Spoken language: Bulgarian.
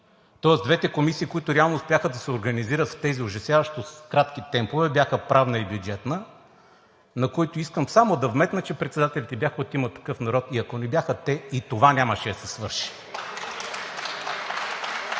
Тоест двете комисии, които реално успяха да се организират в тези ужасяващо кратки темпове, бяха Правната и Бюджетната, на които – искам само да вметна – председателите бяха от „Има такъв народ“, и ако не бяха те, и това нямаше да се свърши.